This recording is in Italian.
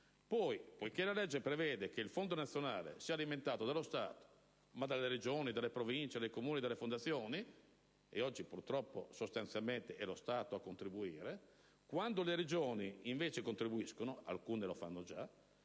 E poiché la legge prevede che il Fondo nazionale sia alimentato dallo Stato, ma anche dalle Regioni, dalle Province, dai Comuni e dalle fondazioni (oggi, purtroppo, sostanzialmente è lo Stato a contribuire), quando anche le Regioni contribuiranno (alcune lo fanno già),